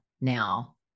now